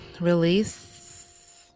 Release